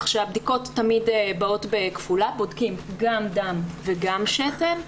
הבדיקות תמיד באות בכפולה, בודקים גם דם וגם שתן,